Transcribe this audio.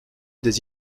des